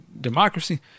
democracy